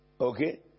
Okay